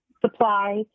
supplies